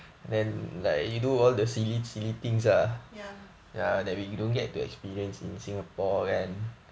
ya